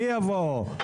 מי יבוא?